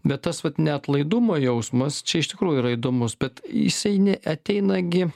bet tas vat neatlaidumo jausmas čia iš tikrųjų yra įdomus bet jisai neateina gi